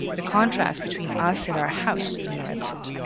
the contrast between us and our house is more evident.